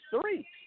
three